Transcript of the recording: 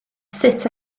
sut